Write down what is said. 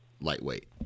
lightweight